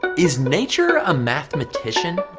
is nature a mathematician?